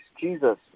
Jesus